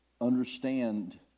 understand